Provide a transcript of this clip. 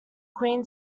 queen